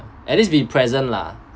at least be present lah